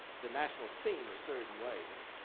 the national scene a certain way.